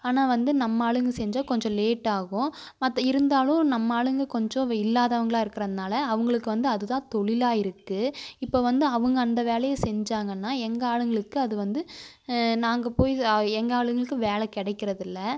ஆனால் வந்து நம்ம ஆளுங்க செஞ்சால் கொஞ்சம் லேட்டாகும் மற்ற இருந்தாலும் நம்ம ஆளுங்க கொஞ்ச இல்லாதவங்களாக இருக்கிறதுனால அவங்களுக்கு வந்து அது தான் தொழிலாக இருக்குது இப்போ வந்து அவங்க அந்த வேலையை செஞ்சாங்கன்னா எங்கள் ஆளுங்களுக்கு அது வந்து நாங்கள் போய் எங்கள் ஆளுங்களுக்கு வேலை கிடைக்கிறது இல்லை